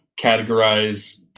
categorize